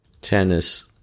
tennis